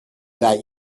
that